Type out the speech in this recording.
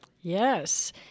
Yes